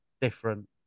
different